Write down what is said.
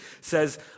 says